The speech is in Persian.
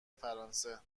فرانسه